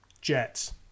Jets